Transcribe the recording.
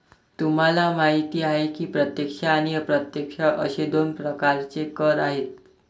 तुम्हाला माहिती आहे की प्रत्यक्ष आणि अप्रत्यक्ष असे दोन प्रकारचे कर आहेत